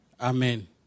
Amen